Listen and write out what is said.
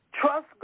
Trust